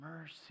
mercy